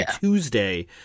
Tuesday